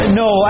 no